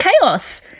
chaos